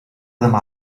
demà